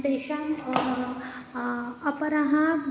तेषाम् अपरः